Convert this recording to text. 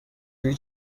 شویی